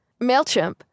MailChimp